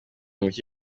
mike